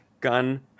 gun